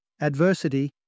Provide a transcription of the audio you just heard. Adversity